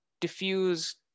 diffuse